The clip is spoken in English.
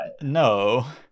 no